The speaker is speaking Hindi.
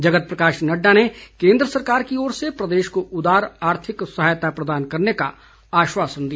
जगत प्रकाश नड्डा ने केन्द्र सरकार की ओर से प्रदेश को उदार आर्थिक सहायता प्रदान करने का आश्वासन दिया